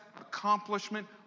accomplishment